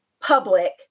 public